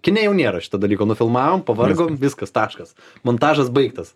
kine jau nėra šito dalyko nufilmavom pavargom viskas taškas montažas baigtas